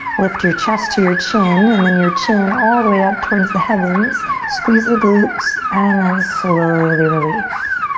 lift your chest to your chin, and then your chin all the way up towards the heavens, squeeze the glutes, and then slowly release.